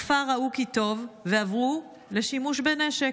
בכפר ראו כי טוב ועברו לשימוש בנשק.